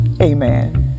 Amen